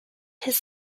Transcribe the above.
his